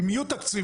אם יהיו תקציבים,